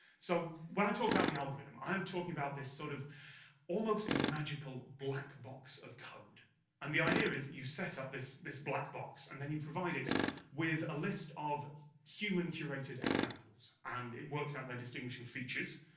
so when i talk about the algorithm, i'm talking about this sort of almost magical black box of code and the idea is, that you've set up this. this black box and then you provide it with a list of human-curated examples and it works out their distinguishing features,